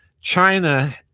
China